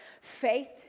faith